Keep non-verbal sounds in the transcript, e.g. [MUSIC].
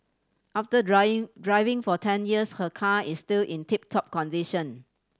after [UNINTELLIGIBLE] driving for ten years her car is still in tip top condition